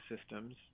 systems